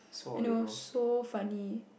and it was so funny